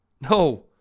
No